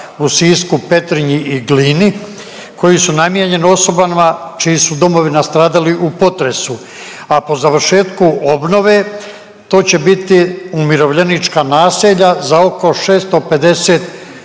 u Sisku, Petrinji i Glini koji su namijenjeni osobama čiji su domovi nastradali u potresu, a po završetku obnove to će biti umirovljenička naselja za oko 650